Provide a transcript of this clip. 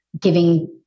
giving